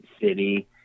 City